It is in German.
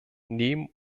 nehmen